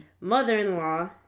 Mother-in-law